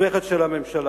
מוסמכת של הממשלה.